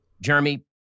Jeremy